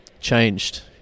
changed